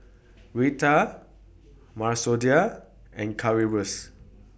Raita Masoor Dal and Currywurst